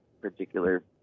particular